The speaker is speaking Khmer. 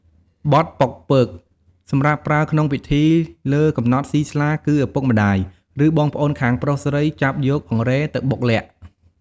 បទប៉ុកពើក សម្រាប់ប្រើក្នុងពិធីលើកំណត់សុីស្លាគឺឪពុកម្ដាយ ឬបងប្អូនខាងប្រុសស្រីចាប់យកអង្រែទៅបុកល័ក្ត។